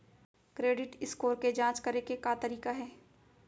Credit score के जाँच करे के का तरीका हे?